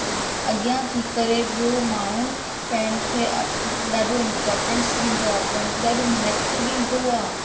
अॻियां थी करे ॿियों माण्हू पाण खे ॾाढो इंपोर्टेंस ॾींदो आहे पिण ॾाढो महत्व ॾींदो आहे